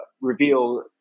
reveal